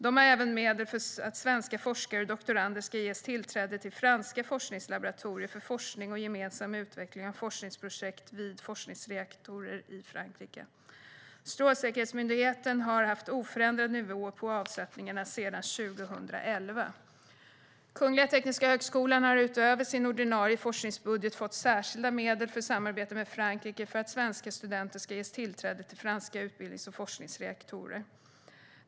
De har även medel för att svenska forskare och doktorander ska ges tillträde till franska forskningslaboratorier för forskning och gemensam utveckling av forskningsprojekt vid forskningsreaktorer i Frankrike. Strålsäkerhetsmyndigheten har haft oförändrad nivå på avsättningarna sedan 2011. Kungliga Tekniska högskolan har utöver sin ordinarie forskningsbudget fått särskilda medel för samarbete med Frankrike för att svenska studenter ska ges tillträde till franska utbildnings och forskningsreaktorer.